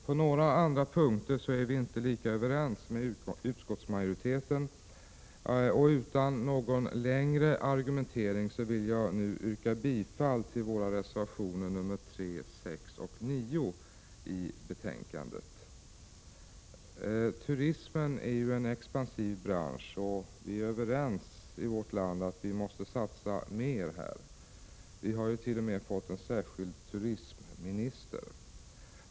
På några andra punkter är vi inte ense med utskottsmajoriteten, och utan någon längre argumentering vill jag nu yrka bifall till reservationerna nr 3, 6 och 9 i betänkandet. Turismen är en expansiv bransch, och vi är i vårt land överens om att vi måste satsa mer här. Vi har ju t.o.m. fått en särskild turismminister.